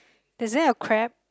there's there a crab